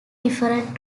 different